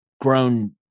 grown